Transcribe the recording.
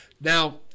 Now